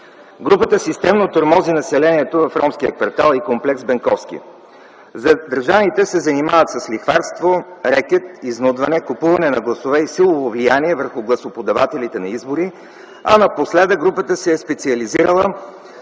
Групата системно тормози населението в ромския квартал и комплекс „Бенковски”. Задържаните се занимават с лихварство, рекет, изнудване, купуване на гласове и силово влияние върху гласоподавателите на избори, а напоследък групата се специализирала с